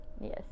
yes